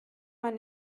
man